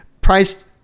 priced –